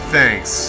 Thanks